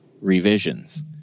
revisions